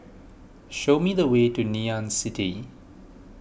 show me the way to Ngee Ann City